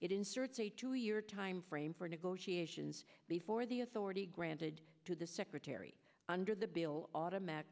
it inserts a two year timeframe for negotiations before the authority granted to the secretary under the bill automatic